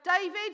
David